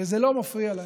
וזה לא מפריע להם.